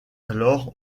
alors